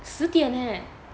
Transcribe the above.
十点 leh